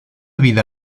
vida